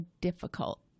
difficult